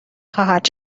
خواهد